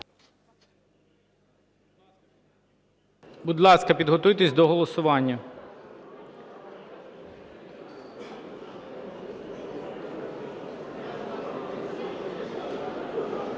Будь ласка, підготуйтесь до голосування.